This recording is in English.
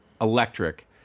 electric